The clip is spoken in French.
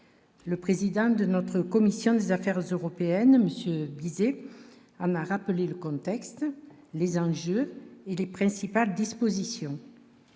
le président de notre commission des affaires européennes Monsieur Bizet en a rappelé le contexte, les enjeux et les principales dispositions.